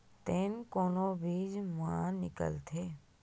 तेल कोन बीज मा निकलथे?